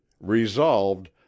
Resolved